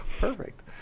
perfect